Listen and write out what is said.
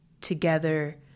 together